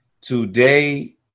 Today